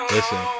Listen